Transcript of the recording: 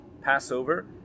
Passover